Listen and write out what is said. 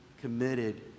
committed